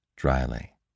Dryly